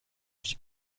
vie